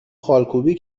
خالکوبی